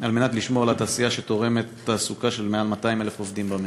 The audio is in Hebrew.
על מנת לשמור על התעשייה שתורמת לתעסוקה של מעל 200,000 עובדים במשק.